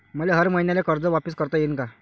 मले हर मईन्याले कर्ज वापिस करता येईन का?